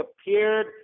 appeared